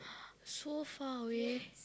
so far away